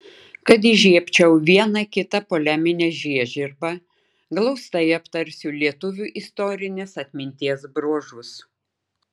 kad įžiebčiau vieną kitą poleminę žiežirbą glaustai aptarsiu lietuvių istorinės atminties bruožus